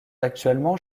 actuellement